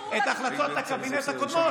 שתבדקי את החלטות הקבינט הקודמות.